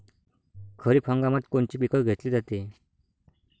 खरिप हंगामात कोनचे पिकं घेतले जाते?